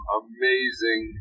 amazing